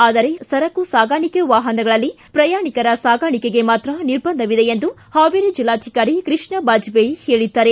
ಆದರೆ ಸರಕು ಸಾಗಾಣಿಕೆ ವಾಹನಗಳಲ್ಲಿ ಪ್ರಯಾಣಿಕರ ಸಾಗಾಣಿಕೆಗೆ ಮಾತ್ರ ನಿರ್ಭಂಧವಿದೆ ಎಂದು ಹಾವೇರಿ ಜೆಲ್ಲಾಧಿಕಾರಿ ಕೃಷ್ಣ ಬಾಜಪೇಯಿ ಹೇಳಿದ್ದಾರೆ